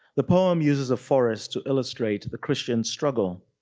the poem uses a forest to illustrate the christian struggle.